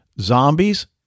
Zombies